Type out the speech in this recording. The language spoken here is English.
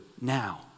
now